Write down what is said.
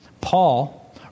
Paul